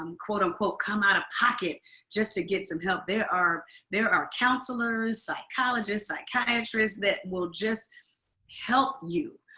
um quote, unquote, come out of pocket just to get some help. there are there are counselors, psychologists, psychiatrist that will just help you.